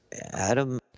Adam